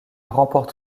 remporte